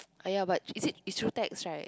!aiya! but is it it's through tax right